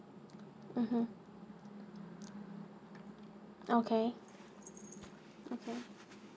mmhmm okay okay